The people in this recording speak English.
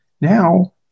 Now